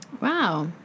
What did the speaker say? Wow